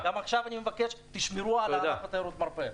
גם עכשיו אני מבקש תשמרו על ענף תיירות המרפא.